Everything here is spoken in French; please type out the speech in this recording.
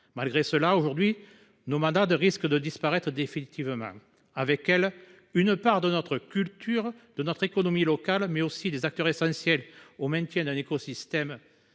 Malgré cela, nos manades risquent aujourd’hui de disparaître définitivement et, avec elles, une part de notre culture, de notre économie locale, mais aussi des acteurs essentiels au maintien d’un écosystème.